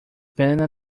banana